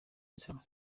islamic